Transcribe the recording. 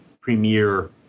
premier